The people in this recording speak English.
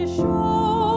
show